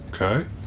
Okay